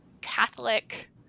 Catholic